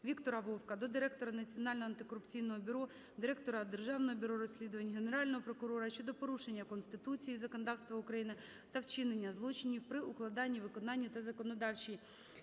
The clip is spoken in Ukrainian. Віктора Вовка до директора Національного антикорупційного бюро, директора Державного бюро розслідувань, Генерального прокурора щодо порушень Конституції і законодавства України та вчинення злочинів при укладанні, виконанні та законодавчій